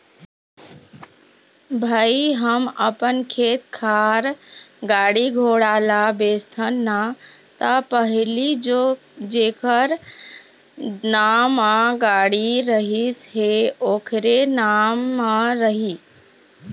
भई हम अपन खेत खार, गाड़ी घोड़ा ल बेचथन ना ता पहिली तो जेखर नांव म गाड़ी रहिस हे ओखरे नाम म रही